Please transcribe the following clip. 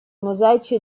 mosaici